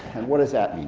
and what does that mean?